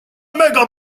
mega